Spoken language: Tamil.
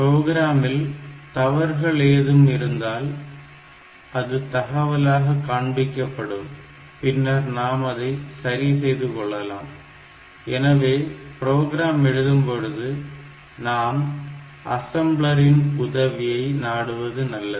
ப்ரோக்ராமில் தவறுகள் ஏதேனும் இருந்தால் அது தகவலாக காண்பிக்கப்படும் பின்னர் நாம் அதை சரி செய்து கொள்ளலாம் எனவே புரோகிராம் எழுதும்போது நாம் அசம்ளரின் உதவியை நாடுவது நல்லது